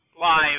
Live